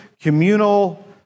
communal